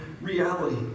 reality